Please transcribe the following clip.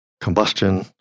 combustion